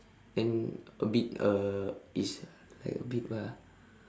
then a bit uh it's like a bit what ah